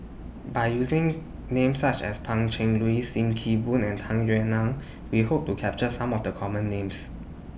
By using Names such as Pan Cheng Lui SIM Kee Boon and Tung Yue Nang We Hope to capture Some of The Common Names